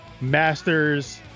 masters